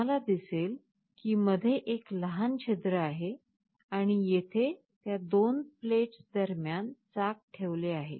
तुम्हाला दिसेल की मध्ये एक लहान छिद्र आहे आणि येथे त्या दोन प्लेट्स दरम्यान चाक ठेवलेल आहे